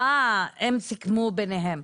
אה, הם סיכמו ביניהם.